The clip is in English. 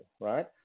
right